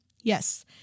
Yes